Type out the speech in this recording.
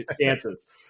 chances